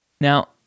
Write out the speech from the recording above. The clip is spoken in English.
Now